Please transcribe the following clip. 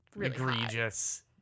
egregious